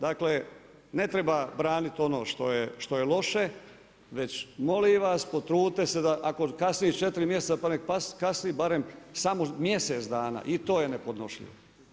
Dakle ne treba braniti ono što je loše, već molim vas potrudite se ako kasniš četiri mjeseca pa ne kasni barem samo mjesec dana i to je nepodnošljivo.